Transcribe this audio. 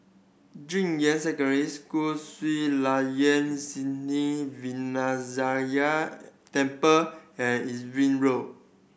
Junyuan Secondary School Sri Layan Sithi Vinayagar Temple and Irving Road